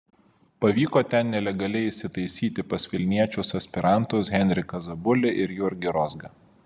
pavyko ten nelegaliai įsitaisyti pas vilniečius aspirantus henriką zabulį ir jurgį rozgą